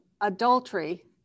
adultery